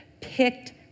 picked